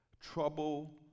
Trouble